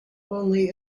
only